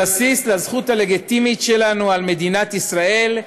בסיס לזכות הלגיטימית שלנו על מדינת ישראל,